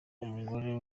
umugore